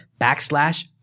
backslash